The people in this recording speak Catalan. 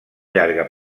llarga